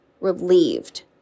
relieved